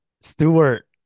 Stewart